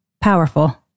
powerful